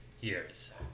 years